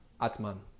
Atman